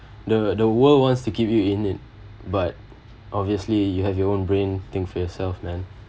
the the world wants to keep you in it but obviously you have your own brain think for yourself man